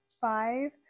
five